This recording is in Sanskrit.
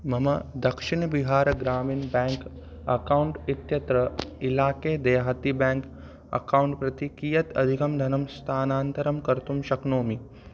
मम दक्षिण बिहार् ग्रामिन् बेङ्क् अकौण्ट् इत्यत्र इलाके देहाति बेङ्क् अकौण्ट् प्रति कियत् अधिकं धनं स्थानान्तरं कर्तुं शक्नोमि